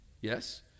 Yes